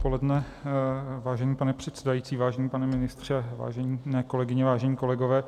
Pěkné odpoledne, vážený pane předsedající, vážený pane ministře, vážené kolegyně, vážení kolegové.